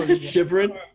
Shivering